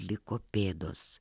liko pėdos